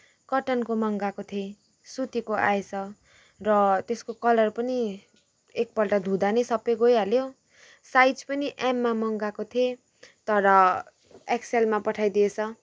कटनको मँगाएको थिएँ सुतिको आएछ र त्यसको कलर पनि एकपल्ट धुँदा नै सबै गइहाल्यो साइज पनि एममा मँगाएको थिएँ तर एक्सेलमा पठाइदिएछ